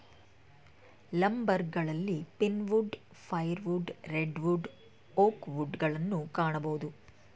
ಲಂಬರ್ಗಳಲ್ಲಿ pine wood, fire wood, red wood, oak wood ಗಳನ್ನು ಕಾಣಬೋದು